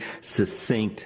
succinct